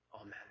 Amen